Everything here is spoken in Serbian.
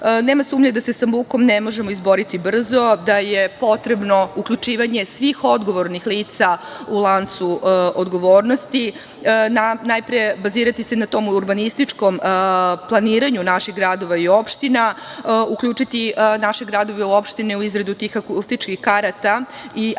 Nema sumnje da se sa bukom ne možemo izboriti brzo, da je potrebno uključivanje svih odgovornih lica u lancu odgovornosti. Najpre, bazirati se tom urbanističkom planiranju naših gradova i opština, uključiti naše gradove i opšte u izradu tih akustičnih karata i akcionih